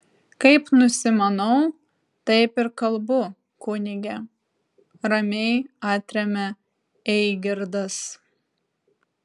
kaip nusimanau taip ir kalbu kunige ramiai atremia eigirdas